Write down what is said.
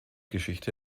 geschichte